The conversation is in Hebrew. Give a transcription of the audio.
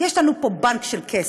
יש לנו פה בנק של כסף.